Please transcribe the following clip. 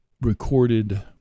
recorded